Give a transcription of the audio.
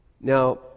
Now